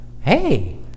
hey